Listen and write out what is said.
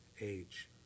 age